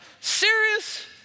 serious